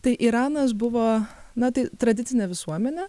tai iranas buvo na tai tradicinė visuomenė